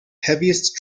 heaviest